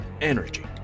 energy